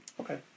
Okay